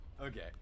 okay